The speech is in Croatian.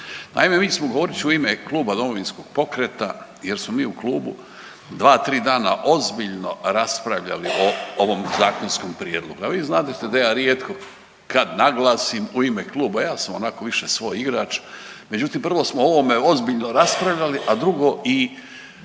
razumije/…govorit ću u ime Kluba Domovinskog pokreta jer smo mi u klubu 2-3 dana ozbiljno raspravljali o ovom zakonskom prijedlogu, a vi znadete da ja rijetko kad naglasim u ime kluba, ja sam onako više svoj igrač, međutim prvo smo o ovome ozbiljno raspravljali, a drugo i